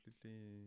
completely